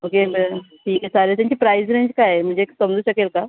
okay बरं ठीक आहे चालेल त्यांची प्राईज रेंज काय आहे म्हणजे समजू शकेल का